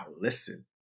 listen